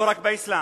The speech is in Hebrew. לא רק באסלאם,